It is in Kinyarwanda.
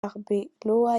arbeloa